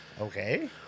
okay